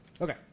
Okay